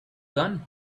gun